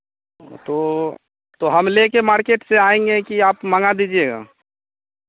तो तो हम ले कर मार्केट से आएँगे कि आप मंगा दीजिएगा